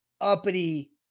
uppity